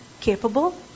capable